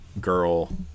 girl